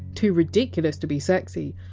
too ridiculous to be sexy,